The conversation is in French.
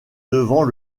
devant